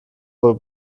wohl